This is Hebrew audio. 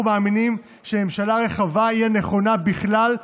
אנחנו מאמינים שממשלה רחבה היא הנכונה בכלל,